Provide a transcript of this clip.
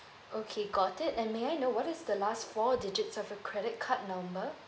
okay got it and may I know what is the last four digits of your credit card number